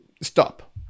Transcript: Stop